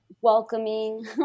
welcoming